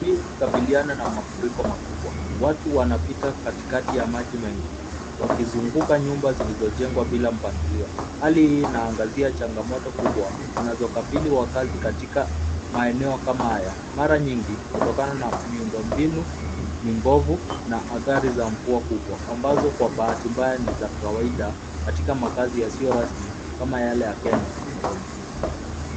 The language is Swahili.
Kukabiliana na mafuriko makubwa. Watu wanapita katikati ya maji mengi wakizunguka nyumba zilizojengwa bila mpangilio. Hali inaangazia changamoto kubwa zinazokabili wakazi katika maeneo kama haya mara nyingi kutokana na miundo mbinu mibovu na athari za mvua kubwa ambazo kwa bahati mbaya ni za kawaida katika makazi yasiyo rasmi kama yale ya Kenya, Nairobi.